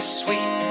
sweet